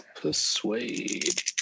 Persuade